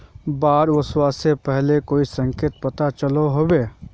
बाढ़ ओसबा से पहले कोई संकेत पता चलो होबे?